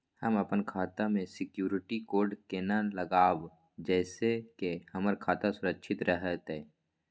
हम अपन खाता में सिक्युरिटी कोड केना लगाव जैसे के हमर खाता सुरक्षित रहैत?